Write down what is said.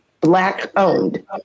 Black-owned